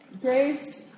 Grace